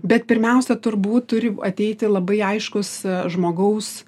bet pirmiausia turbūt turi ateiti labai aiškus žmogaus